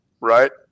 Right